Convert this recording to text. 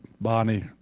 Bonnie